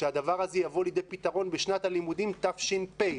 שהדבר הזה יבוא לידי פתרון בשנת הלימודים תש"פ.